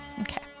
Okay